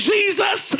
Jesus